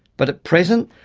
but, at present,